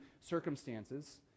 circumstances